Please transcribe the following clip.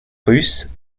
russe